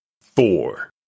four